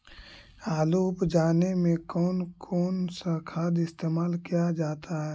आलू उप जाने में कौन कौन सा खाद इस्तेमाल क्या जाता है?